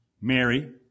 Mary